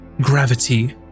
gravity